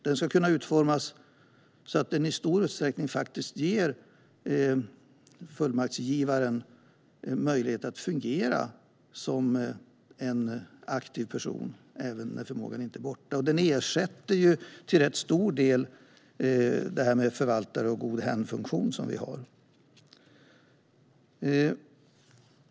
Den ska kunna utformas så att den i stor utsträckning ger fullmaktsgivaren möjlighet att fungera som en aktiv person även när förmågan att agera har upphört. Den ersätter till rätt stor del förvaltare och den "god hen"-funktion vi har.